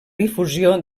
difusió